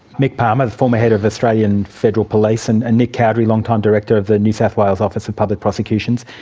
mick palmer, the former head of australian federal police and and nick cowdery, longtime director of the new south wales office of public prosecutions,